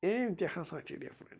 M تہِ ہسا چھِ ڈِفرنٛٹ